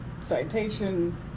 citation